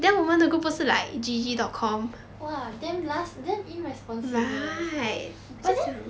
!wah! damn last damn irresponsible eh but then